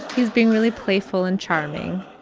he's being really playful and charming.